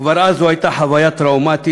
כבר אז זו הייתה חוויה טראומטית,